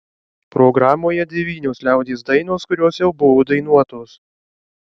programoje devynios liaudies dainos kurios jau buvo dainuotos